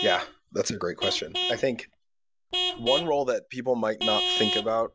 yeah, that's a great question. i think one role that people might not think about